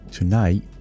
Tonight